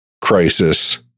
crisis